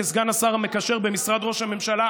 כסגן השר המקשר במשרד ראש הממשלה,